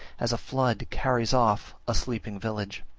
as a flood carries off a sleeping village.